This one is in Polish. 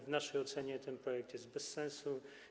W naszej ocenie ten projekt jest bez sensu.